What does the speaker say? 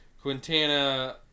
Quintana